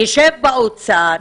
יישב באוצר,